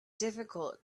difficult